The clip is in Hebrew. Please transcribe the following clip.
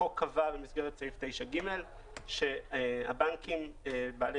החוק קבע במסגרת סעיף 9(ג) שהבנקים בעלי